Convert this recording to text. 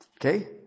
okay